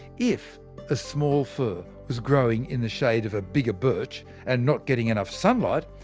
if a small fir was growing in the shade of a bigger birch and not getting enough sunlight,